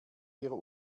wir